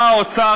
בא האוצר,